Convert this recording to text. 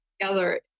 together